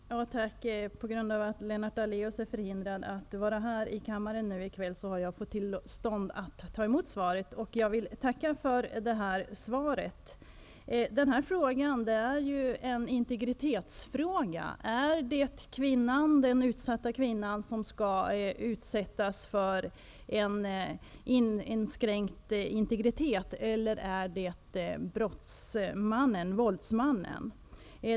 Herr talman! På grund av att Lennart Daléus är förhindrad att vara här i kammaren i kväll har jag fått tillstånd att ta emot svaret. Jag vill tacka för svaret. Den här frågan är en integritetsfråga. Är det den utsatta kvinnans integritet som skall inskränkas, eller är det våldsmannens?